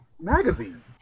magazine